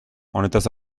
honetaz